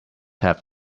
have